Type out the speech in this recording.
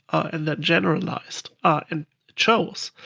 and that generalized ah and chose.